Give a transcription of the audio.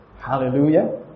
Hallelujah